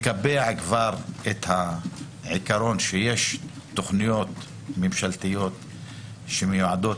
לקבע כבר את העיקרון שיש תכניות ממשלתיות שמיועדות